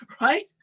right